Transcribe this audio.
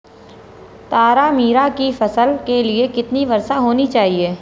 तारामीरा की फसल के लिए कितनी वर्षा होनी चाहिए?